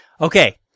Okay